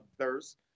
others